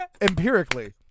Empirically